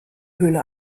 höhle